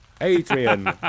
Adrian